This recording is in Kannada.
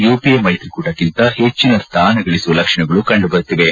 ಯುಪಿಎ ಮೈತ್ರಿಕೂಟಕ್ಕಿಂತ ಹೆಚ್ಚಿನ ಸ್ಥಾನ ಗಳಿಸುವ ಲಕ್ಷಣಗಳು ಕಂಡುಬರುತ್ತಿವೆ